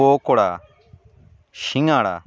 pakora শিঙাড়া